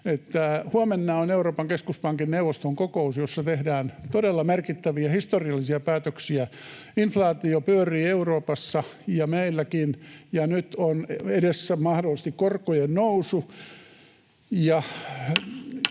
huomenna on Euroopan keskuspankin neuvoston kokous, jossa tehdään todella merkittäviä, historiallisia päätöksiä. Inflaatio pyörii Euroopassa ja meilläkin, ja nyt on edessä mahdollisesti korkojen nousu.